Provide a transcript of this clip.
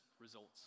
results